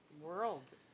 world